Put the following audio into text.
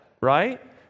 right